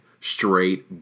Straight